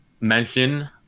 mention